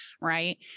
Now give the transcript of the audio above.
right